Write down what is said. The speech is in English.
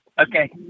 Okay